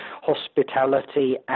hospitality